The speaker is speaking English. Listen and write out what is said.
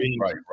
right